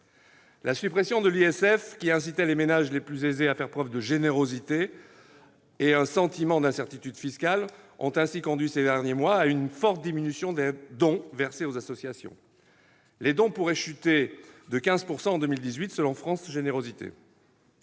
La suppression de l'ISF, qui incitait les ménages les plus aisés à faire preuve de générosité, et un sentiment d'incertitude fiscale ont ainsi conduit ces derniers mois à une forte diminution des dons versés aux associations. Les dons pourraient chuter de 15 % en 2018, selon France générosités.